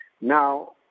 Now